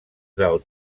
del